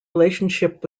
relationship